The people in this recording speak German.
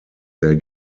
sehr